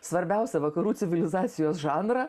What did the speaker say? svarbiausią vakarų civilizacijos žanrą